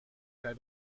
zei